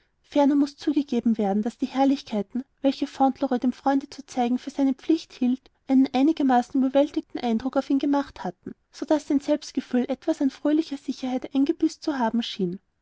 ferner muß zugegeben werden daß die herrlichkeiten welche fauntleroy dem freunde zu zeigen für seine pflicht hielt einen einigermaßen überwältigenden eindruck auf ihn gemacht hatten so daß sein selbstgefühl etwas an fröhlicher sicherheit eingebüßt zu haben schien